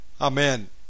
Amen